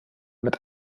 mit